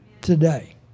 today